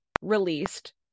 released